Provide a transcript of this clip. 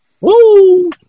Woo